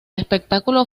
espectáculo